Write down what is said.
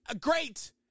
great